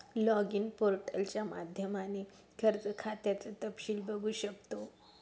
login पोर्टलच्या माध्यमाने कर्ज खात्याचं तपशील बघू शकतो